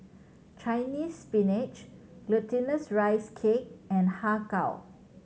Chinese Spinach Glutinous Rice Cake and Har Kow